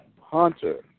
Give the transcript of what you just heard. Hunter